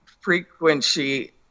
frequency